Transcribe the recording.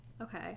Okay